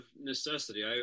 necessity